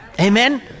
Amen